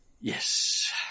Yes